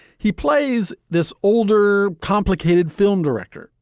he plays this older, complicated film director,